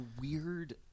weird